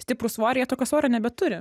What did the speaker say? stiprų svorį jie tokio svorio nebeturi